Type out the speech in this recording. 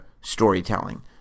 storytelling